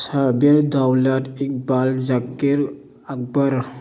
Sabir Daulat Iqbal Zakir Akbar